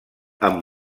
amb